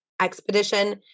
Expedition